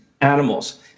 animals